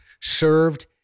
served